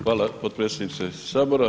Hvala potpredsjedniče Sabora.